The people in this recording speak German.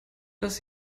dass